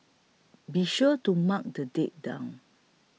be sure to mark the date down